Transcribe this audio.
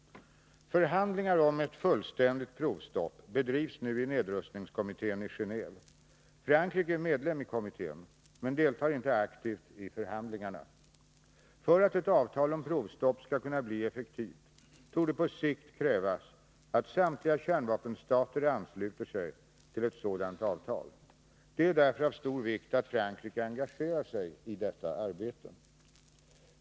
Förhandlingar om ett fullständigt provstopp bedrivs nu i nedrustningskommittén i Geneve. Frankrike är medlem i kommittén men deltar inte aktivt i förhandlingarna. För att ett avtal om provstopp skall kunna bli effektivt torde på sikt krävas att samtliga kärnvapenstater ansluter sig till ett sådant avtal. Det är därför av stor vikt att Frankrike engagerar sig i detta arbete.